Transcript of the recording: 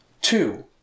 Two